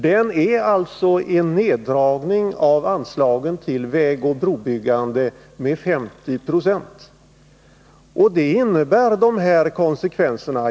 Den innebär en neddragning av anslagen till vägoch brobyggande med 50 90, och det medför naturligtvis konsekvenser.